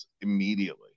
immediately